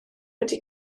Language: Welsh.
wedi